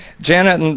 janet and